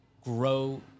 grow